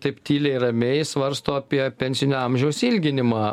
taip tyliai ramiai svarsto apie pensinio amžiaus ilginimą